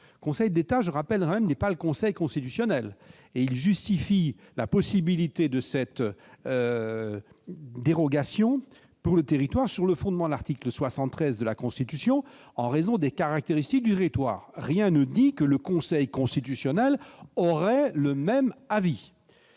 Conseil d'État, je le rappelle, n'est pas le Conseil constitutionnel. Il justifie la possibilité de cette dérogation pour le territoire sur le fondement l'article 73 de la Constitution, en raison des caractéristiques du territoire. Rien ne dit que le Conseil constitutionnel aurait le même avis.